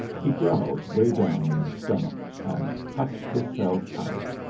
he growled way down in his stomach, and puffed hisself out,